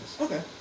Okay